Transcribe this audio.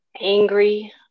angry